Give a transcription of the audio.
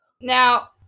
now